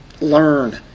Learn